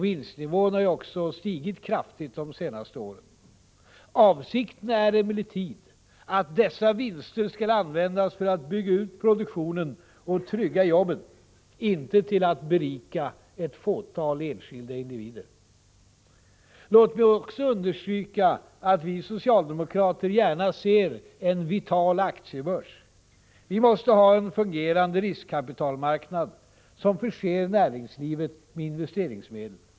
Vinstnivån har också stigit kraftigt de senaste åren. Avsikten är emellertid att dessa vinster skall användas för att bygga ut produktionen och trygga jobben, inte till att berika ett fåtal enskilda individer. Låt mig också understryka att vi socialdemokrater gärna ser en vital aktiebörs. Vi måste ha en fungerande riskkapitalmarknad som förser näringslivet med investeringsmedel.